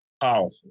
Powerful